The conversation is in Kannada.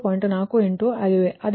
48 ಆಗಿವೆ